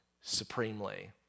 supremely